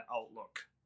outlook